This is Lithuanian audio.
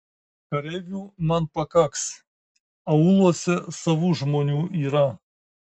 kareivių man pakaks aūluose savų žmonių yra